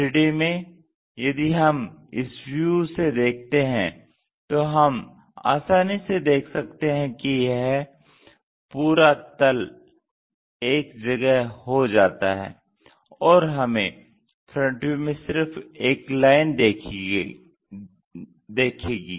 3D में यदि हम इस व्यू से देखते हैं तो हम आसानी से देख सकते हैं कि यह पूरा तल एक जगह हो जाता है और हमें फ्रंट व्यू में सिर्फ एक लाइन देखेगी